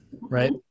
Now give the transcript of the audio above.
right